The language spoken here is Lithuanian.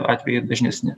atvejai dažnesni